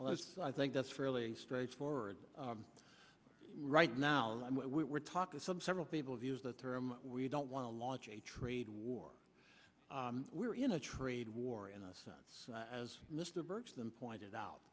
well as i think that's fairly straightforward right now we're talking some several people of use the term we don't want to launch a trade war we're in a trade war in a sense as mr burgess them pointed out